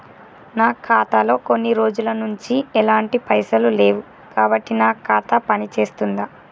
నా ఖాతా లో కొన్ని రోజుల నుంచి ఎలాంటి పైసలు లేవు కాబట్టి నా ఖాతా పని చేస్తుందా?